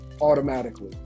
automatically